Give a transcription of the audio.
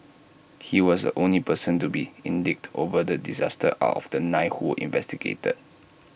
he was the only person to be indicted over the disaster out of the nine who were investigated